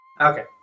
Okay